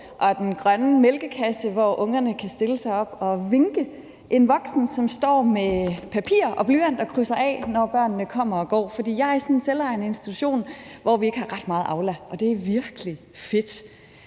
og den grønne mælkekasse, hvor ungerne kan stille sig op og vinke, en voksen, som står med papir og blyant og krydser af, når børnene kommer og går. For jeg er forælder i sådan en selvejende institution, hvor vi ikke har ret meget Aula, og det er virkelig fedt.